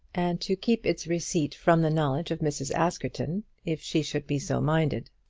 and to keep its receipt from the knowledge of mrs. askerton, if she should be so minded.